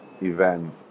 event